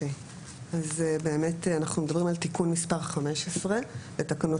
אז באמת אנחנו מדברים על תיקון מס' 15 לתקנות